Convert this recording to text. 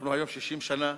אנחנו היום 60 שנה,